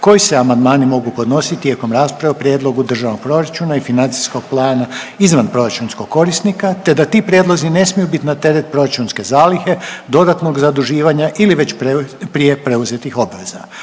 koji se amandmani mogu podnositi tijekom rasprave o Prijedlogu državnog proračuna i financijskog plana izvanproračunskog korisnika te da ti prijedlozi ne smiju biti na teret proračunske zalihe, dodatnog zaduživanja ili već prije preuzetih obveza.